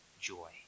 joy